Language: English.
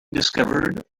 discovered